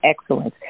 Excellence